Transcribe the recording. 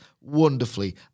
wonderfully